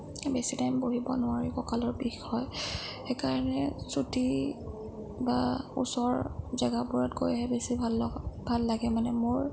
এই বেছি টাইম বহিব নোৱাৰি কঁকালৰ বিষ হয় সেইকাৰণে চুটি বা ওচৰ জেগাবোৰত গৈহে বেছি ভাল লগা ভাল লাগে মানে মোৰ